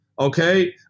okay